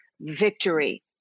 Victory